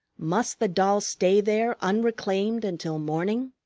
must the doll stay there unreclaimed until morning?